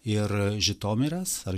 ir žitomiras ar